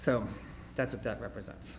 so that's what that represents